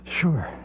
Sure